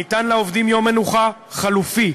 ניתן לעובדים יום מנוחה חלופי,